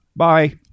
Bye